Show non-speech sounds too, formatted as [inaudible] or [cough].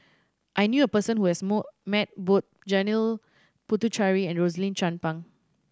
I knew a person who has [unintelligible] met both Janil Puthucheary and Rosaline Chan Pang